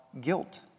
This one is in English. guilt